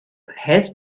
has